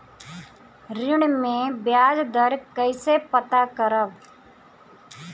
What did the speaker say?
ऋण में बयाज दर कईसे पता करब?